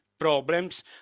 problems